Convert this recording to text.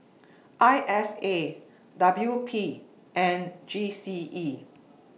I S A W P and G C E